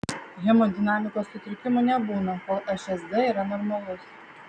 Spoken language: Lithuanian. hemodinamikos sutrikimų nebūna kol šsd yra normalus